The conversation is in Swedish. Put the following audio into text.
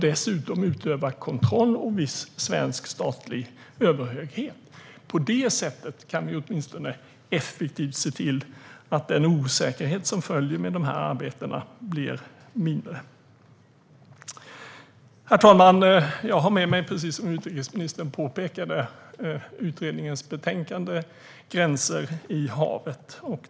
Dessutom kan man utöva kontroll och viss svensk statlig överhöghet. På detta sätt kan vi effektivt åtminstone se till att den osäkerhet som följer med dessa arbeten blir mindre. Herr talman! Jag har, som utrikesministern påpekade, med mig utredningens betänkande, Gränser i havet .